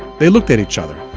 they looked at each other.